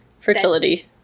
Fertility